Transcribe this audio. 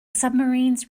submarines